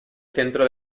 centro